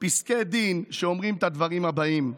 פסקי דין שאומרים את הדברים הבאים: